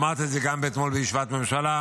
אמרתי את זה גם אתמול בישיבת הממשלה,